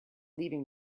leaving